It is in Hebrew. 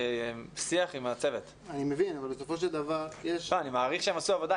אני מעריך שהם עשו ‏עבודה,